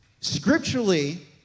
scripturally